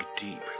deep